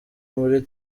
muri